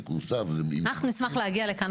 אנחנו נשמח להגיע לכאן,